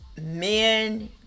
Men